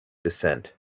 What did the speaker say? descent